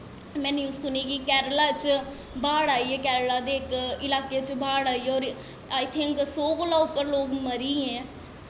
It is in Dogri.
में न्यूज़ सुनी कि केरला च बाढ़ आई गेई केरला दे इक इलाके च बाढ़ आई ऐ होर आई थिंक सौ कोला उप्पर लोग मरियै न